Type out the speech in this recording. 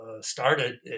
started